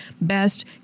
best